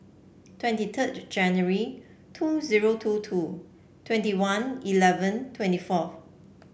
twenty third January two zero two two twenty one eleven twenty four